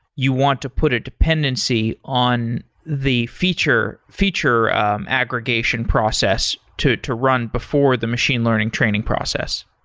you want to put a dependency on the feature feature aggregation process to to run before the machine learning training process.